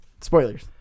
Spoilers